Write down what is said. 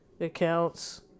accounts